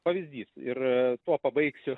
pavyzdys ir tuo pabaigsiu